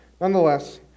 Nonetheless